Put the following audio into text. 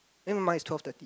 eh no mine is twelve thirty